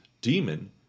Demon